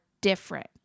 different